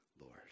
Lord